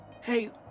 Hey